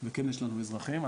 וכן יש לנו אזרחים.